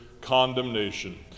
condemnation